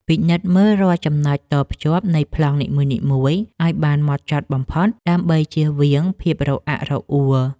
ពិនិត្យមើលរាល់ចំណុចតភ្ជាប់នៃប្លង់នីមួយៗឱ្យបានហ្មត់ចត់បំផុតដើម្បីចៀសវាងភាពរអាក់រអួល។